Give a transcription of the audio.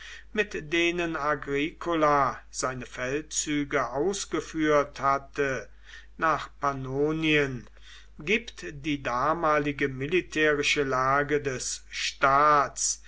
mit denen agricola seine feldzüge ausgeführt hatte nach pannonien gibt die damalige militärische lage des staats